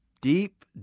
Deep